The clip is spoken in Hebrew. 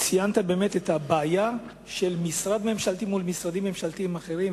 ציינת את הבעיה של משרד ממשלתי לעומת משרדים ממשלתיים אחרים,